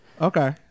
Okay